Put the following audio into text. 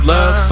Love